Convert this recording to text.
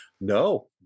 No